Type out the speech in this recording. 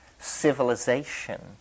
civilization